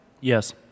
Yes